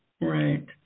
right